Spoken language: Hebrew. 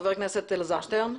חבר הכנסת אלעזר שטרן.